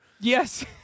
Yes